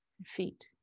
feet